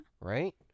right